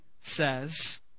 says